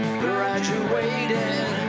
graduated